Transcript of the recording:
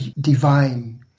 divine